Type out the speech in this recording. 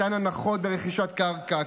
מתן הנחות ברכישת קרקע,